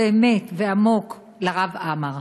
באמת, ועמוק, לרב עמאר.